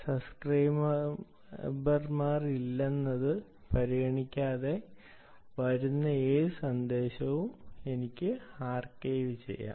സബ്സ്ക്രൈബർമാർ ഇല്ലെന്നത് പരിഗണിക്കാതെ വരുന്ന ഏത് സന്ദേശവും ഞാൻ ആർക്കൈവുചെയ്യും